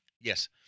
Yes